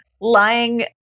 lying